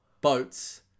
boats